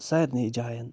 سارنی جاین